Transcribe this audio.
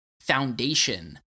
foundation